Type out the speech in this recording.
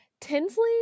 Tinsley